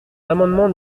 l’amendement